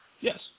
Yes